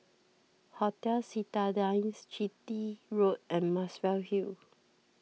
Hotel Citadines Chitty Road and Muswell Hill